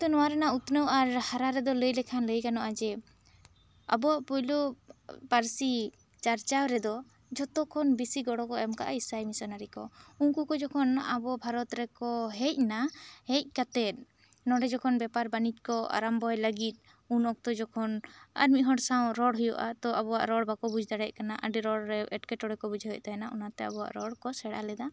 ᱛᱚ ᱱᱚᱣᱟ ᱨᱮᱱᱟᱜ ᱩᱛᱱᱟᱹᱣ ᱟᱨ ᱦᱟᱨᱟ ᱨᱮᱫᱚ ᱞᱟᱹᱭ ᱞᱮᱠᱷᱟᱱ ᱞᱟᱹᱭ ᱜᱟᱱᱚᱜᱼᱟ ᱡᱮ ᱟᱵᱚᱣᱟᱜ ᱯᱩᱭᱞᱩ ᱯᱟᱹᱨᱥᱤ ᱪᱟᱨᱪᱟᱣ ᱨᱮᱫᱚ ᱡᱷᱚᱛᱛᱚ ᱠᱷᱚᱱ ᱵᱮᱥᱤ ᱜᱚᱲᱚ ᱠᱚ ᱮᱢ ᱠᱟᱜᱼᱟ ᱤᱥᱟᱭ ᱢᱤᱥᱚᱱᱟᱨᱤ ᱠᱚ ᱩᱱᱠᱩ ᱠᱚ ᱡᱚᱠᱚᱱ ᱟᱵᱚ ᱵᱷᱟᱨᱚᱛ ᱨᱮᱠᱚ ᱦᱮᱡ ᱱᱟ ᱦᱮᱡ ᱠᱟᱛᱮᱫ ᱱᱚᱱᱰᱮ ᱡᱚᱠᱚᱱ ᱵᱮᱯᱟᱨ ᱵᱟᱱᱤᱡ ᱠᱚ ᱟᱨᱟᱢᱵᱚᱭ ᱞᱟᱹᱜᱤᱫ ᱩᱱ ᱚᱠᱛᱚ ᱡᱚᱠᱷᱚᱱ ᱟᱨ ᱢᱤᱫ ᱦᱚᱲ ᱥᱟᱣ ᱨᱚᱲ ᱦᱩᱭᱩᱜᱼᱟ ᱛᱚ ᱟᱵᱚᱣᱟᱜ ᱨᱚᱲ ᱵᱟᱠᱚ ᱵᱩᱡᱽ ᱫᱟᱲᱮᱭᱟᱜ ᱠᱟᱱᱟ ᱟᱹᱰᱤ ᱦᱚᱲ ᱨᱮ ᱮᱸᱴᱠᱮᱴᱚᱬᱮ ᱠᱚ ᱵᱩᱡᱷᱟᱹᱣᱮᱫ ᱛᱟᱦᱮᱱᱟ ᱚᱱᱟ ᱛᱮ ᱟᱵᱚᱣᱟᱜ ᱨᱚᱲ ᱠᱚ ᱥᱮᱬᱟ ᱞᱮᱫᱟ